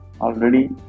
already